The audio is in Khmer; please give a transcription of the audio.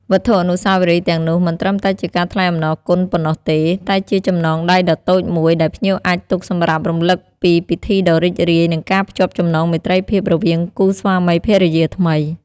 វត្ថុអនុស្សាវរីយ៍ទាំងនោះមិនត្រឹមតែជាការថ្លែងអំណរគុណប៉ុណ្ណោះទេ តែជាចំណងដៃដ៏តូចមួយដែលភ្ញៀវអាចទុកសម្រាប់រំឭកពីពិធីដ៏រីករាយ និងការភ្ជាប់ចំណងមេត្រីភាពរវាងគូស្វាមីភរិយាថ្មី។